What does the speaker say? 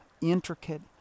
intricate